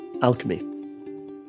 alchemy